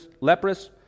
leprous